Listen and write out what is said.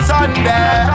Sunday